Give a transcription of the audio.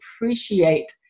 appreciate